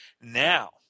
Now